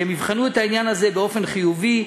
שהם יבחנו את העניין הזה באופן חיובי.